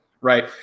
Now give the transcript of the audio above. right